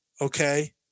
okay